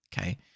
Okay